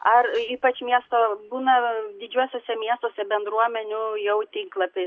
ar ypač miesto būna didžiuosiuose miestuose bendruomenių jau tinklapiai